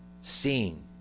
seeing